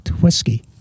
whiskey